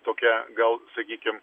tokia gal sakykim